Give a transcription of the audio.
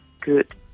good